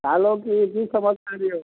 कहलहुँ की की समाचार अइ